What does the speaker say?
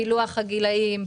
פילוח הגילאים,